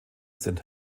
sind